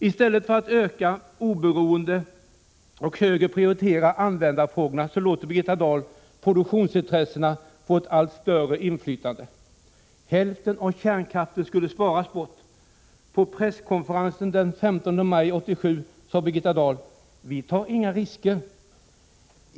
I stället för att satsa på ett ökat oberoende och högre prioritet för användarfrågorna låter Birgitta Dahl produktionsintressena få ett allt större inflytande. Hälften av kärnkraften skulle sparas bort. På presskonferensen den 15 maj 1987 sade Birgitta Dahl: ”Vi tar inga risker.